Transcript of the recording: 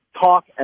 talk